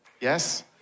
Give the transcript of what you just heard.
Yes